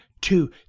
two